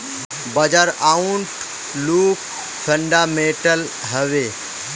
बाजार outlook fundamental हैवै?